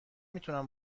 میتونم